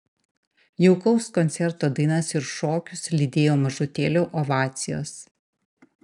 jaukaus koncerto dainas ir šokius lydėjo mažutėlių ovacijos